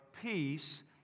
peace